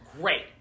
Great